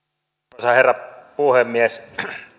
arvoisa herra puhemies